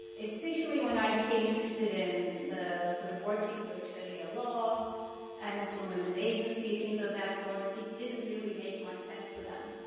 especially when i became interested in the sort of workings of sharia law and muslim women's agency, things of that sort, it didn't really make much sense to them.